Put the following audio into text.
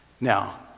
Now